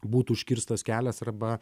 būtų užkirstas kelias arba